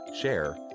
share